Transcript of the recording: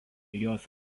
jos